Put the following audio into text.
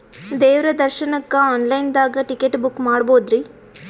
ದೇವ್ರ ದರ್ಶನಕ್ಕ online ದಾಗ ಟಿಕೆಟ ಬುಕ್ಕ ಮಾಡ್ಬೊದ್ರಿ?